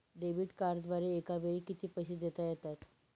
Debit कार्डद्वारे एकावेळी किती पैसे देता येतात?